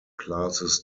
classes